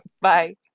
Bye